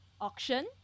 auction